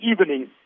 evening